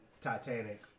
Titanic